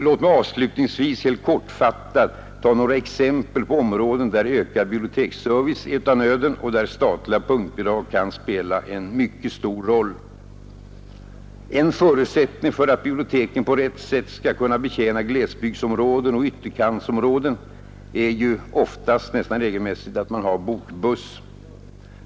Låt mig avslutningsvis helt kortfattat ta några exempel = Bidrag till folkpå områden där ökad biblioteksservice är av nöden och där statliga bibliotek punktbidrag kan spela en stor roll. En förutsättning för att biblioteken på rätt sätt skall kunna betjäna glesbygdsområden och ytterkantsområden är ofta — nästan regelmässigt — att man har bokbuss.